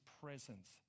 presence